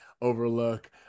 overlook